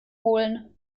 holen